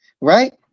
Right